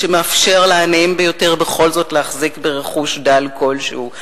שמאפשר לעניים ביותר בכל זאת להחזיק ברכוש דל כלשהו,